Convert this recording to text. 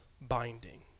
binding